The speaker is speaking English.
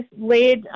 laid